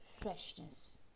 freshness